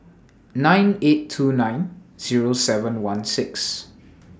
nine eight two nine Zero seven one six